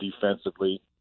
defensively